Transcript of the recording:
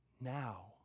Now